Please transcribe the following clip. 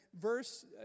verse